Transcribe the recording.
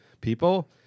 people